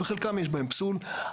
חלקם יש בהם פסול.